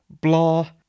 blah